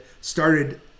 started